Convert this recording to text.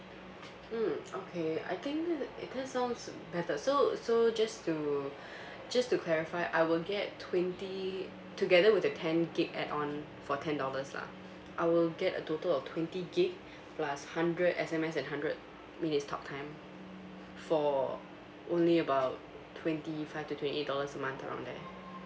mm okay I think it does sounds better so so just to just to clarify I will get twenty together with the ten gig add-on for ten dollars lah I will get a total of twenty gig plus hundred S_M_S and hundred minutes talk time for only about twenty five to twenty eight dollars a month around there